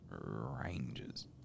Ranges